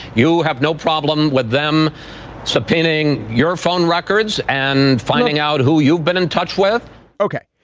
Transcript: you'll have no problem with them subpoenaing your phone records and finding out who you've been in touch with ok,